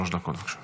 שלוש דקות, בבקשה.